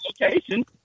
location